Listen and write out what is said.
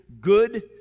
good